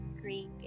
Greek